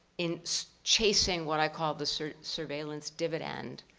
in chasing what i call the surveillance dividend,